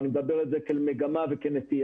אני מדבר על זה כאל מגמה וכנטייה,